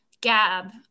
Gab